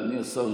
אדוני השר,